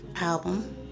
Album